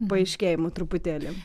paaiškėjimų truputėlį